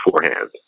beforehand